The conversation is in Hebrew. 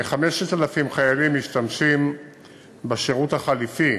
כ-5,000 חיילים משתמשים בשירות החלופי